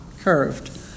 curved